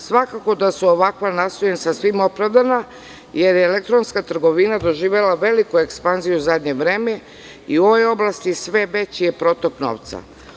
Svakako da su ovakva nastojanja sasvim opravdana jer je elektronska trgovina doživela veliku ekspanziju u zadnje vreme i u ovoj oblasti sve je već protok novca.